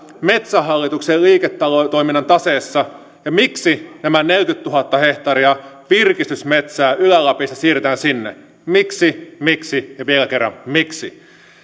metsähallituksen liiketoiminnan taseessa ja miksi nämä neljäkymmentätuhatta hehtaaria virkistysmetsää ylä lapista siirretään sinne miksi miksi ja vielä kerran miksi